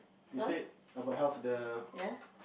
you said about health the